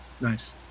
nice